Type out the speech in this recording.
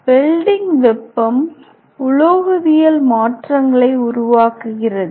welding வெப்பம் உலோகவியல் மாற்றங்களை உருவாக்குகிறது